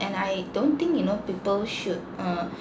and I don't think you know people should uh